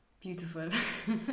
Beautiful